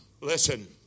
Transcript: Listen